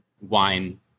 wine